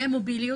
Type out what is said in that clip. תהיה מוביליות,